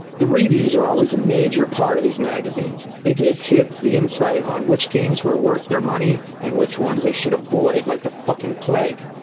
the reviews are always a major part of these magazines. they gave kids the insight on which games were worth their money, and which ones they should avoid, like the fuckin' plague.